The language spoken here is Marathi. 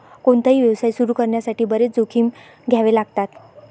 कोणताही व्यवसाय सुरू करण्यासाठी बरेच जोखीम घ्यावे लागतात